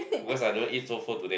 because I do not eat so full today